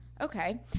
Okay